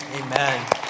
amen